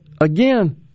again